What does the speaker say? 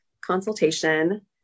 consultation